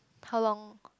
how long